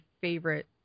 favorite